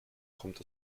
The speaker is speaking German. kommt